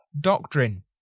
doctrine